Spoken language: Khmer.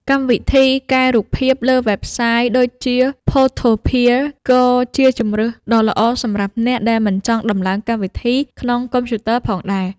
កម្មវិធីកែរូបភាពលើវេបសាយដូចជា ផូថូភៀ ក៏ជាជម្រើសដ៏ល្អសម្រាប់អ្នកដែលមិនចង់ដំឡើងកម្មវិធីក្នុងកុំព្យូទ័រផងដែរ។